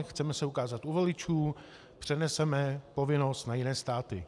Chceme se ukázat u voličů, přeneseme povinnost na jiné státy.